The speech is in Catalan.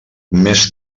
més